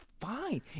fine